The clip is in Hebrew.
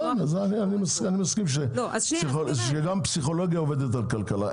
אני מסכים שגם פסיכולוגיה עובדת בכלכלה.